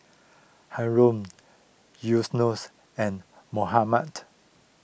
Haron Yunos and Muhammad